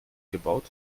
gebaut